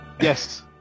Yes